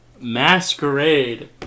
Masquerade